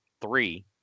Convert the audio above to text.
three